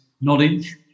knowledge